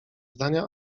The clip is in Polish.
zdania